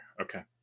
Okay